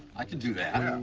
i can do that.